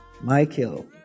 Michael